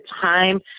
time